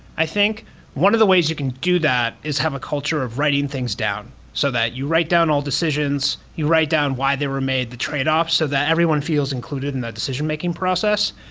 i think one of the ways you can do that is have a culture of writing things down so that you write down all decisions, you write down why they were made, the tradeoff, so that everyone feels included in that decision-making process.